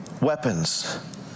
weapons